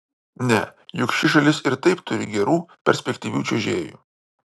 ne juk ši šalis ir taip turi gerų perspektyvių čiuožėjų